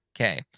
Okay